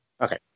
Okay